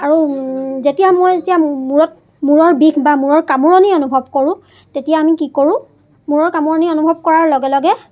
আৰু যেতিয়া মই যেতিয়া মূৰত মূৰৰ বিষ বা মূৰৰ কামোৰণি অনুভৱ কৰোঁ তেতিয়া আমি কি কৰোঁ মূৰৰ কামোৰণি অনুভৱ কৰাৰ লগে লগে